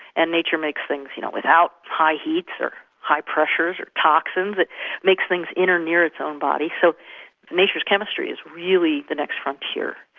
and nature makes things you know without high heat or high pressures or toxins, it makes things in or near its own body, so nature's chemistry is really the next frontier.